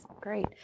Great